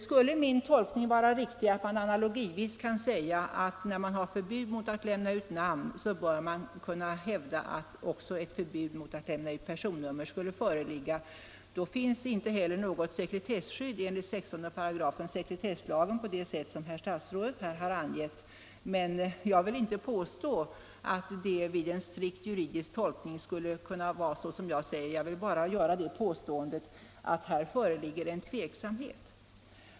Om min tolkning skulle vara riktig — alltså att man analogivis kan säga, att eftersom vi har ett förbud mot att lämna ut namn, så bör man kunna hävda att vi också borde ha ett förbud mot att lämna ut personnummer — då finns det inte heller något sådant sekretesskydd i 16 § sekretesslagen som herr statsrådet här angav. Jag påstår inte att det vid en strikt juridisk tolkning förhåller sig så som jag här säger, jag har bara velat peka på att det där föreligger tveksamhet.